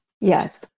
Yes